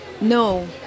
No